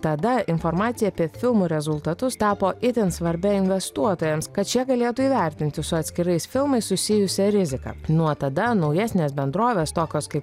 tada informacija apie filmų rezultatus tapo itin svarbia investuotojams kad šie galėtų įvertinti su atskirais filmais susijusią riziką nuo tada naujesnės bendrovės tokios kaip